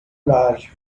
large